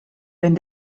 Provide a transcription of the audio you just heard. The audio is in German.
wenn